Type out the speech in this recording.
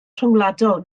rhyngwladol